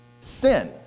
sin